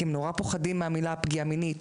כי הם נורא פוחדים מהמילים "פגיעה מינית",